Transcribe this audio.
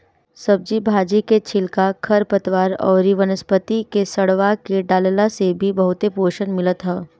सब्जी भाजी के छिलका, खरपतवार अउरी वनस्पति के सड़आ के डालला से भी बहुते पोषण मिलत ह